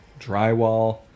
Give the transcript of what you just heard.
Drywall